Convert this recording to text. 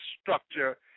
structure